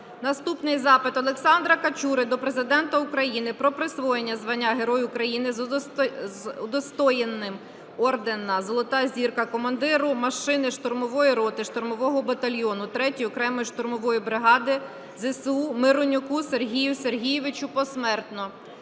Наступний запит Олександра Качури до Президента України про присвоєння звання Герой України з удостоєнням ордена "Золота Зірка" командиру машини штурмової роти штурмового батальйони 3-ї окремої штурмової бригади ЗСУ Миронюку Сергію Сергійовичу (посмертно).